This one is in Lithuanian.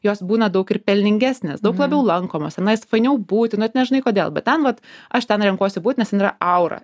jos būna daug ir pelningesnės daug labiau lankomos tenais fainiau būti net nežinai kodėl bet ten vat aš ten renkuosi būt nes ten yra aura